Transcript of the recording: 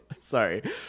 sorry